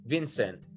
Vincent